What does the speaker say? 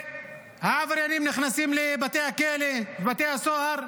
העבריינים נכנסים לבתי הכלא ובתי הסוהר,